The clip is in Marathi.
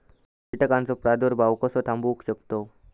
कीटकांचो प्रादुर्भाव कसो थांबवू शकतव?